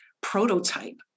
prototype